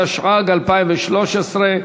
התשע"ג 2013,